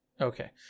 okay